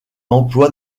emploi